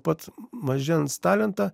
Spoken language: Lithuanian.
pat mažens talentą